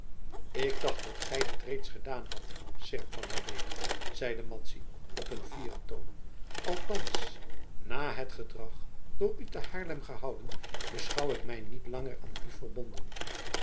ik dacht dat gij dit reeds gedaan hadt seerp van adeelen zeide madzy op een fieren toon althans na het gedrag door u te haarlem gehouden beschouwde ik mij niet langer aan u verbonden